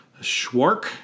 Schwark